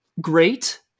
great